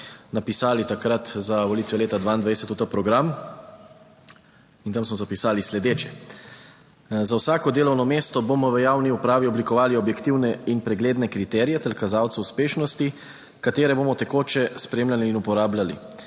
napisali takrat za volitve leta 2022 v ta program. In tam smo zapisali sledeče: "Za vsako delovno mesto bomo v javni upravi oblikovali objektivne in pregledne kriterije ter kazalce uspešnosti, katere bomo tekoče spremljali in uporabljali.